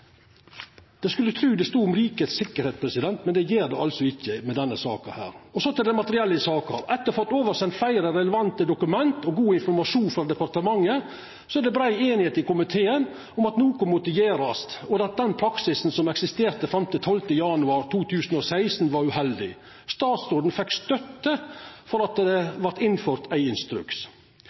skulle tru det stod om rikets tryggleik, men det gjer det altså ikkje i denne saka her. Så til det materielle i saka. Etter å ha fått oversendt fleire relevante dokument og god informasjon frå departementet, var det brei einigheit i komiteen om at noko måtte gjerast, og at den praksisen som eksisterte fram til 12. januar 2016, var uheldig. Statsråden fekk støtte for at det vart innført ein instruks.